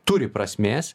turi prasmės